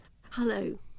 Hello